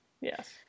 Yes